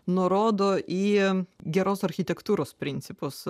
nurodo į geros architektūros principus